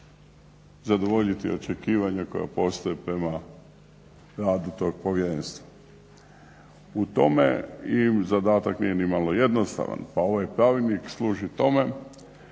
zadovoljiti očekivanja koje postoje prema radu tog povjerenstva. U tome im zadatak nije ni malo jednostavan, pa ovaj Pravilnik služi tome